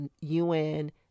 UN